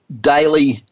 daily